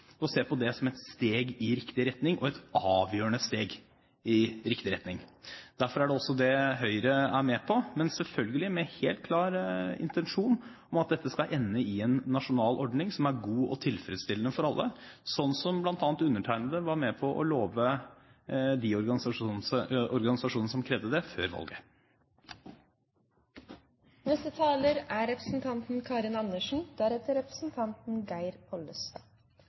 avgjørende steg i riktig retning. Derfor er Høyre med på det, men selvfølgelig med en helt klar intensjon om at dette skal ende i en nasjonal ordning som er god og tilfredsstillende for alle, som bl.a. jeg før valget var med på å love de organisasjonene som krevde det.